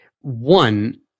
One